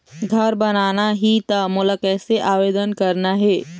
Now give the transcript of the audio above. घर बनाना ही त मोला कैसे आवेदन करना हे?